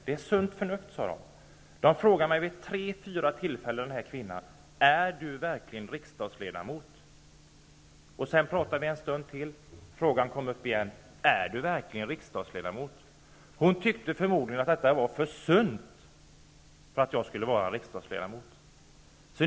Det är sunt förnuft, sade den kvinna jag talade med där. Hon frågade vid tre fyra tillfällen: Är du verkligen riksdagsledamot? Hon tyckte förmodligen att detta var för sunt för att jag skulle vara riksdagsledamot.